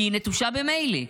כי היא נטושה ממילא,